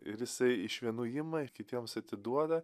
ir jisai iš vienų ima ir kitiems atiduoda